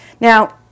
Now